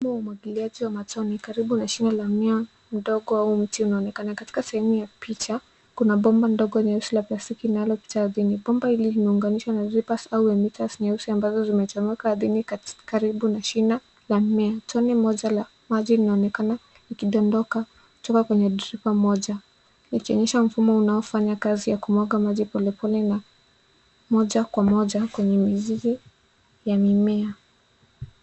Mfumo wa umwagiliaji wa matone karibu na shina la mmea mdogo au mti unaonekana. Katika sehemu ya picha kuna bomba nyeupe la plastiki linalopita ardhini. Bomba hili limeunganishwa na drippers sawa za mita nyeusi ambazo zimechomoka ardhini karibu na shina la mimea. Tone moja la maji linaonekana likidondoka likiwa kwenye dripper moja. Likionyesha mfumo unaofanya kazi ya kumwaga maji polepole na moja kwa moja kwenye mizizi ya mimea.